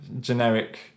generic